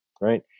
right